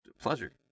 Pleasure